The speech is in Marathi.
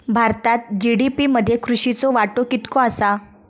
भारतात जी.डी.पी मध्ये कृषीचो वाटो कितको आसा?